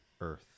Earth